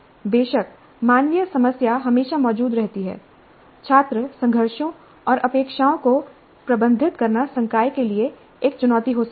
बेशक मानवीय समस्या हमेशा मौजूद रहती है छात्र संघर्षों और अपेक्षाओं को प्रबंधित करना संकाय के लिए एक चुनौती हो सकता है